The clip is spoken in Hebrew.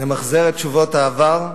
נמחזר את תשובות העבר,